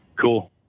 cool